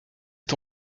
est